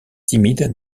timide